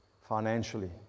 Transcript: financially